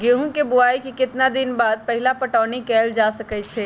गेंहू के बोआई के केतना दिन बाद पहिला पटौनी कैल जा सकैछि?